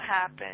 happen